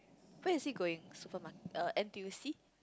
where is she going supermarket err N_T_U_C